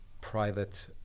private